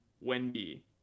Wendy